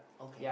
okay